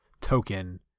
token